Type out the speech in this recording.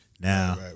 now